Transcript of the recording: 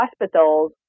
hospitals